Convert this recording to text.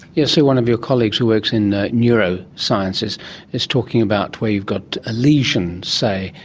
yeah sue, one of your colleagues who works in neurosciences is talking about where you've got a lesion, say,